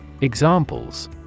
Examples